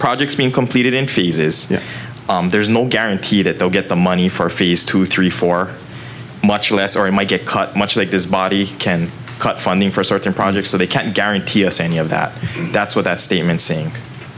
project's been completed in fees is there's no guarantee that they'll get the money for fees two three four much less or you might get caught much like this body can cut funding for certain projects so they can't guarantee any of that that's what that statement s